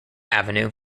avenue